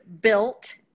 built